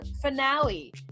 finale